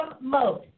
mode